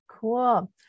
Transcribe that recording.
Cool